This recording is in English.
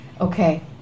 Okay